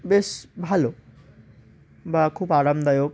বেশ ভালো বা খুব আরামদায়ক